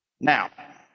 Now